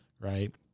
right